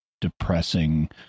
depressing